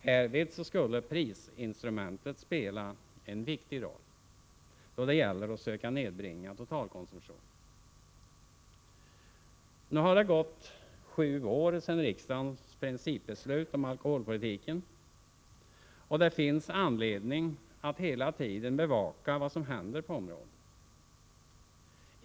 Härvid skulle prisinstrumentet spela en viktig roll då det gällde att söka nedpressa totalkonsumtionen. Nu har det gått sju år sedan riksdagens principbeslut om alkoholpolitiken fattades, och det finns anledning att hela tiden bevaka vad som händer på området.